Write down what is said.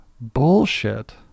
bullshit